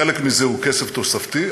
חלק מזה הוא כסף תוספתי.